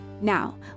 Now